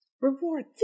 Reward